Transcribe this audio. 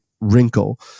wrinkle